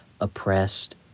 oppressed